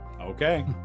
Okay